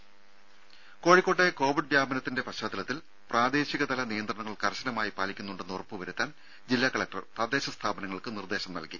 രും കോഴിക്കോട്ടെ കോവിഡ് വ്യാപനത്തിന്റെ പശ്ചാത്തലത്തിൽ പ്രാദേശിക തല നിയന്ത്രണങ്ങൾ കർശനമായി പാലിക്കുന്നുണ്ടെന്ന് ഉറപ്പുവരുത്താൻ ജില്ലാ കലക്ടർ തദ്ദേശ സ്ഥാപനങ്ങൾക്ക് നിർദേശം നൽകി